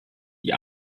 die